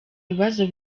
bibazo